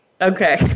Okay